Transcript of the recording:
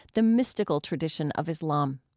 the mystical tradition of islam.